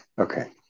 okay